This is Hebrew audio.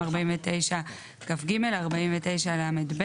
49כג, 49לב